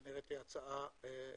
זו נראית לי הצעה ברוכה.